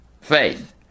Faith